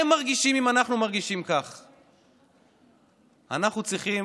הכאב והתסכול שאנחנו מרגישים כשאנחנו רואים